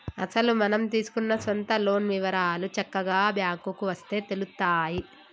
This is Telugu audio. అసలు మనం తీసుకున్న సొంత లోన్ వివరాలు చక్కగా బ్యాంకుకు వస్తే తెలుత్తాయి